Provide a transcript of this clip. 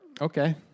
Okay